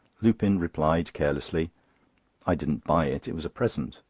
lupin replied carelessly i didn't buy it it was a present.